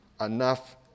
enough